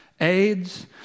AIDS